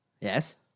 Yes